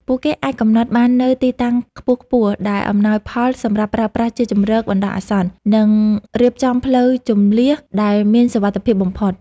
ពួកគេអាចកំណត់បាននូវទីតាំងខ្ពស់ៗដែលអំណោយផលសម្រាប់ប្រើប្រាស់ជាជម្រកបណ្ដោះអាសន្ន និងរៀបចំផ្លូវជម្លៀសដែលមានសុវត្ថិភាពបំផុត។